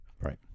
right